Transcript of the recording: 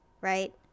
right